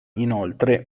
inoltre